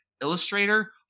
Illustrator